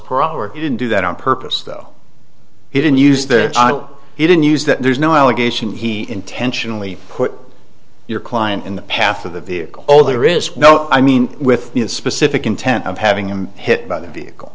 per hour he didn't do that on purpose though he didn't use the i don't he didn't use that there's no allegation he intentionally put your client in the path of the vehicle all there is no i mean with a specific intent of having him hit by the vehicle